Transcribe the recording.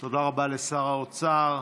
תודה רבה לשר האוצר.